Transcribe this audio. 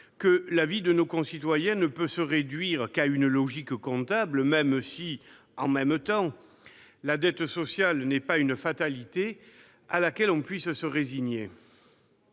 que la vie de nos concitoyens ne peut se réduire à une logique comptable. « En même temps », la dette sociale n'est pas une fatalité à laquelle on peut se résigner.